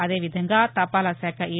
అదే విధంగా తపాలాశాఖ ఎ